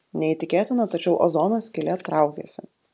neįtikėtina tačiau ozono skylė traukiasi